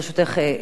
ברשותך,